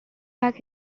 back